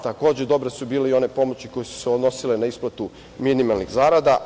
Takođe, dobre su bile i one pomoći koje su se odnosile na isplatu minimalnih zarada.